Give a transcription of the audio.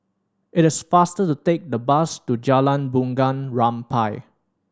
it is faster to take the bus to Jalan Bunga Rampai